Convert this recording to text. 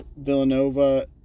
Villanova